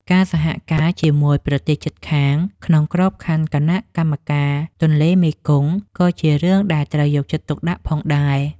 ការសហការជាមួយប្រទេសជិតខាងក្នុងក្របខ័ណ្ឌគណៈកម្មការទន្លេមេគង្គក៏ជារឿងដែលត្រូវយកចិត្តទុកដាក់ផងដែរ។